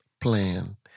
plan